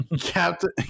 captain